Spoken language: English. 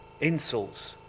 insults